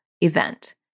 event